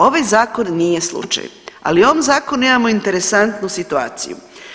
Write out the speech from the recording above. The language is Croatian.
Ovaj Zakon nije slučaj, ali u ovom Zakonu imamo interesantnu situaciju.